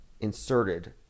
inserted